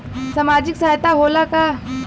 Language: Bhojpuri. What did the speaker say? सामाजिक सहायता होला का?